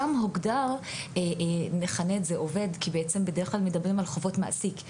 שם הוגדר "עובד" כי בדרך כלל מדברים על חובות מעסיק,